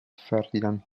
ferdinand